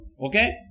Okay